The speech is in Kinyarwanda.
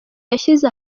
yashyize